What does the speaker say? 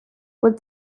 would